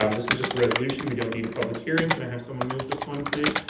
um this is just a resolution. we don't need a public hearing. can i have someone move this one, please?